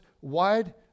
wide